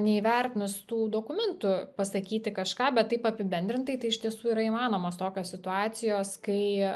neįvertinus tų dokumentų pasakyti kažką bet taip apibendrintai tai iš tiesų yra įmanomos tokios situacijos kai